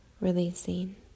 releasing